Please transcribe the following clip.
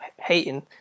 hating